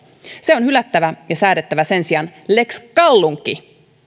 se on hylättävä ja on säädettävä sen sijaan lex kallunki